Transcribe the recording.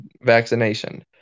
vaccination